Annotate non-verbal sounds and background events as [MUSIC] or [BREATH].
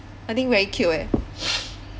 I think very cute eh [BREATH]